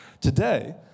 today